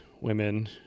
women